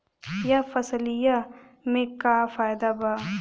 यह फसलिया में का फायदा बा?